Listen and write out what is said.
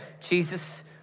Jesus